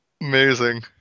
amazing